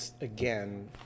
again